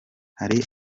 hari